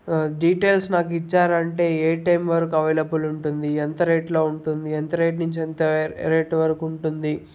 details నాకు ఇచ్చారంటే ఏ టైం వరకు అవైలబుల్ ఉంటుంది ఎంత రేట్లో ఉంటుంది ఎంత రేటు నుంచి ఎంత రేటు వరకు ఉంటుంది